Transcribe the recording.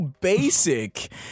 basic